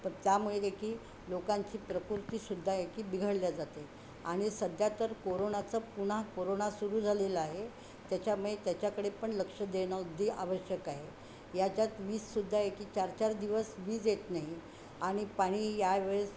तर त्यामुळे काय की लोकांची प्रकृतीसुद्धा आहे की बिघडल्या जाते आणि सध्या तर कोरोनाचं पुन्हा कोरोना सुरू झालेलं आहे त्याच्यामुळे त्याच्याकडे पण लक्ष देणं अगदी आवश्यक आहे याच्यात वीजसुद्धा आहे की चार चार दिवस वीज येत नाही आणि पाणी यावेळेस